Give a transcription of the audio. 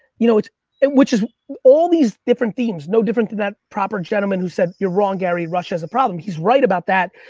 you know which and which is all these different themes, no different than that proper gentleman who said, you're wrong, gary, russia has a problem. he's right about that,